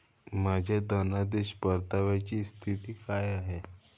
माझ्या धनादेश परताव्याची स्थिती काय आहे?